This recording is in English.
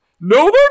no